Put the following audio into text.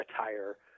attire